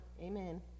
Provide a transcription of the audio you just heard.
Amen